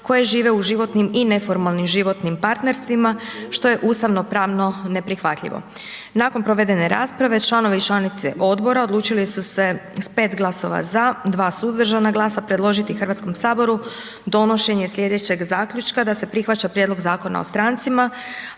koje žive u životnim i neformalnim životnim partnerstvima što je ustavnopravno neprihvatljivo. Nakon provedene rasprave članovi i članice odbora odlučili su se s pet glasova za, dva suzdržana glasa predložiti Hrvatskom saboru donošenje sljedećeg zaključka, da se prihvaća Prijedlog zakona o strancima,